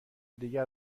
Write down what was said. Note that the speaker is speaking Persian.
دیگر